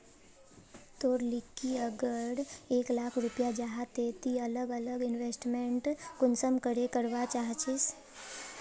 तोर लिकी अगर एक लाख रुपया जाहा ते ती अलग अलग इन्वेस्टमेंट कुंसम करे करवा चाहचिस?